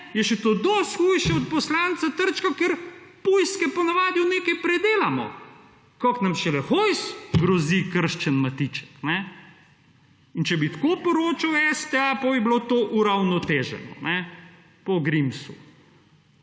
je še to dosti hujše od poslanca Trčka, ker pujske ponavadi v nekaj predelamo. Kako nam šele Hojs grozi, krščen Matiček. In če bi tako poročal STA, potem bi bilo to uravnoteženo po Grimsu.